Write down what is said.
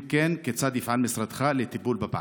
3. אם כן, כיצד יפעל משרדך לטיפול בבעיה?